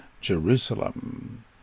Jerusalem